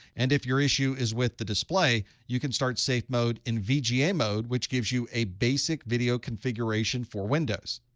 and if your issue is with the display, you can start safe mode in vga mode, which gives you a basic video configuration for windows.